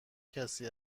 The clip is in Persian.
کسی